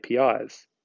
APIs